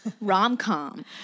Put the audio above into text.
rom-com